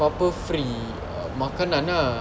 pape free uh makanan ah